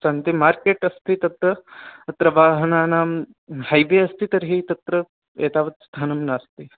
सन्ति मार्केट् अस्ति तत्र अत्र वाहनानां हैवे अस्ति तर्हि तत्र एतावत् स्थानं नास्ति